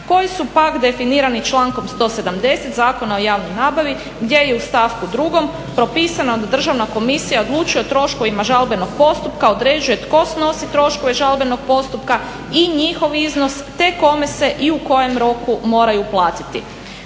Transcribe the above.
koji su pak definirani člankom 170. Zakona o javnoj nabavi gdje je u stavku 2.propisano da državna komisija odlučuje o troškovima žalbenog postupka, određuje tko snosi troškove žalbenog postupka i njihov iznos, te kome se i u kojem roku moraju platiti.